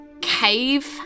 cave